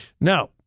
Now